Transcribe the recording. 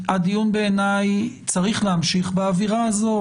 בעיניי הדיון צריך להמשיך באווירה הזו.